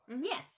Yes